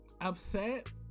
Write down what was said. upset